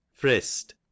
Frist